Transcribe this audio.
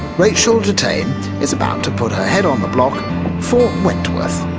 rachael de thame is about to put her head on the block for wentworth,